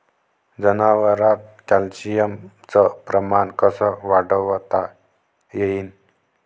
जनावरात कॅल्शियमचं प्रमान कस वाढवता येईन?